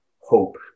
Hope